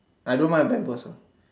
I don't mind bamboo also